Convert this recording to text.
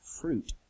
Fruit